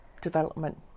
development